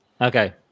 Okay